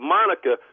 Monica